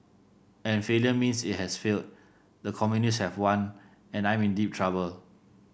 and failure means it has failed the communists have won and I'm in deep trouble